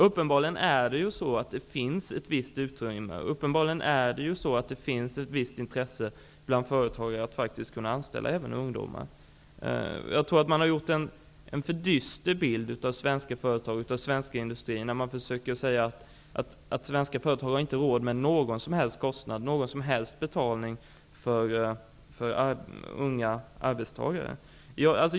Uppenbarligen finns det ett visst utrymme, och uppenbarligen finns ett visst intresse bland företagare att faktiskt anställa även ungdomar. Jag tycker att man har målat upp en för dyster bild av svenska företag och svensk industri, när man sagt att svenska företag inte har råd med några som helst unga arbetstagare i dag.